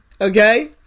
okay